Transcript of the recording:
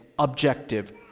Objective